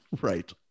right